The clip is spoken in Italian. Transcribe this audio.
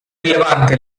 rilevante